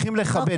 לכבד,